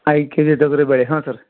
ಐದು ಕೆಜಿ ತೊಗರಿಬೇಳೆ ಹ್ಞೂ ಸರ್